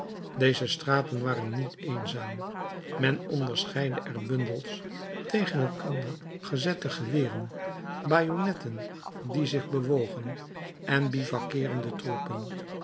deze straten waren niet eenzaam men onderscheidde er bundels tegen elkander gezette geweren bajonetten die zich bewogen en bivouakeerende troepen